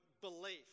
belief